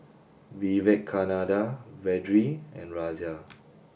Vivekananda Vedre and Razia